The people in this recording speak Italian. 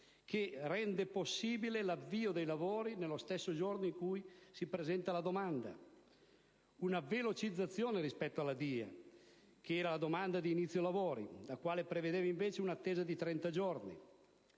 che rende possibile l'avvio dei lavori nello stesso giorno in cui si presenta la domanda. È una velocizzazione rispetto alla DIA, che era la domanda di inizio lavori, la quale prevedeva invece un'attesa di 30 giorni.